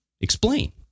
explain